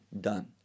done